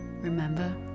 Remember